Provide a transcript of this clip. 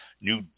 new